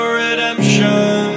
redemption